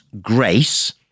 grace